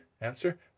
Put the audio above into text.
Answer